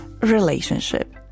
relationship